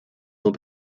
sont